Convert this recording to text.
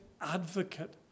advocate